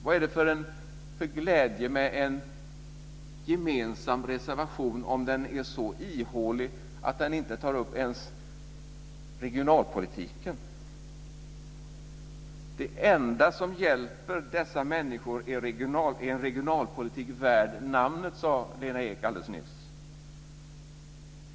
Vad är det för glädje med en gemensam reservation om den är så ihålig att den inte ens tar upp regionalpolitiken? Det enda som hjälper dessa människor är en regionalpolitik värd namnet, sade Lena Ek nyss.